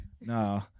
No